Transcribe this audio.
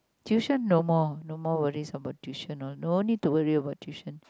tuition no more no more worries about tuition no need worry about tuition